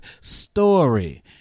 story